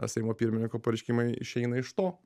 seimo pirmininko pareiškimai išeina iš to